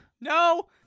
no